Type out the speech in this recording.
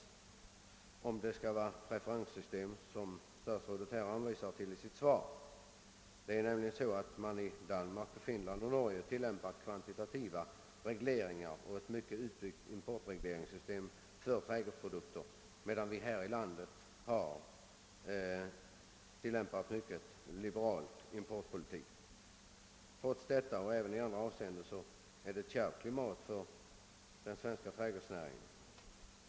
Skall det bli ett referenssystem, som statsrådet hänvisar till i sitt svar? I Danmark, Finland och Norge tillämpas kvantitativa regleringar och det finns ett starkt utbyggt importregleringssystem för trädgårdsprodukter, medan vi här i landet har fört en mycket liberal importpolitik. Klimatet är därför kärvt för .den.svenska trädgårdsnäringen.